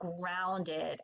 grounded